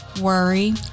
worry